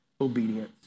obedience